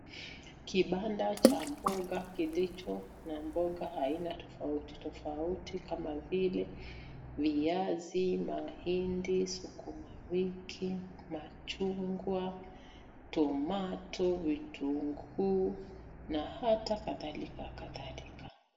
Kibanda cha mboga kilicho na mboga aina tofauti tofauti kama vile viazi, mahindi sukuma wiki, machungwa, tomato, vitunguu na hata kadhalika kadhalika.